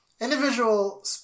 individual